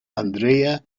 andrea